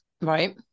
Right